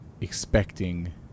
expecting